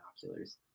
binoculars